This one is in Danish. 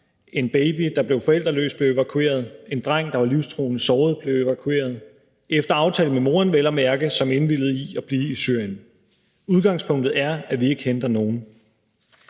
En baby, der blev forældreløs, blev evakueret; en dreng, der var livstruende såret, blev evakueret – vel at mærke efter aftale med moren, som indvilligede i at blive i Syrien. Udgangspunktet er, at vi ikke henter nogen.